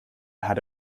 had